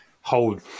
hold